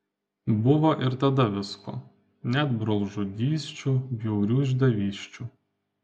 buvo ir tada visko net brolžudysčių bjaurių išdavysčių